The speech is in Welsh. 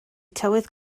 tywydd